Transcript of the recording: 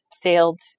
sailed